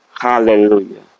Hallelujah